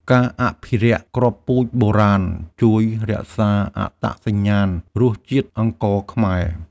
ការអភិរក្សគ្រាប់ពូជបុរាណ ជួយរក្សាអត្តសញ្ញាណរសជាតិអង្ករខ្មែរ។